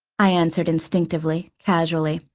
i answered instinctively, casually.